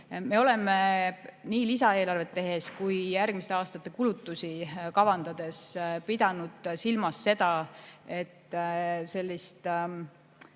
Me oleme nii lisaeelarvet tehes kui järgmiste aastate kulutusi kavandades pidanud silmas seda, et laenu